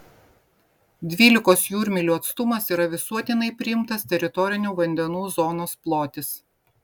dvylikos jūrmylių atstumas yra visuotinai priimtas teritorinių vandenų zonos plotis